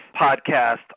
podcast